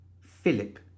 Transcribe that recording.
Philip